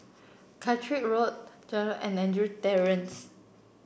Caterick Road Jalan and Andrew